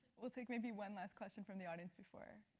we'll take maybe one last question from the audience before.